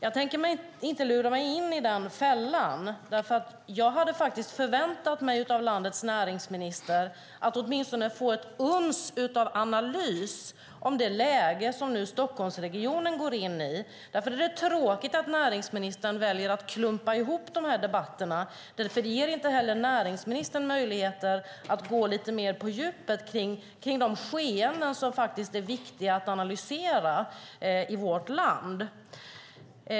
Jag tänker inte låta mig luras in i den fällan, för jag hade förväntat mig att av landets näringsminister få åtminstone någon liten analys av det läge som Stockholmsregionen nu går in i. Därför är det tråkigt att näringsministern väljer att klumpa ihop dessa interpellationer. Det ger inte näringsministern möjlighet att gå djupare in på de skeenden som faktiskt är viktiga att analysera.